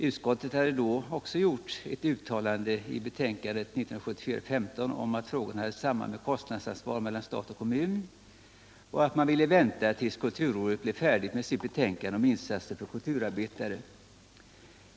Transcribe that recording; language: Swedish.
Utskottet hade också gjort ett uttalande i betänkandet 1974:15 om att ärendet hade ”ett samband med frågan om ansvarsfördelningen mellan stat och kommun” och att man ville vänta tills kulturrådet blev färdigt med sitt betänkande om insatser för kulturarbetare.